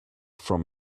from